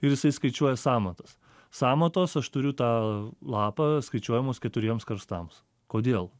ir jisai skaičiuoja sąmatas sąmatos aš turiu tą lapą skaičiuojamos keturiems kartams kodėl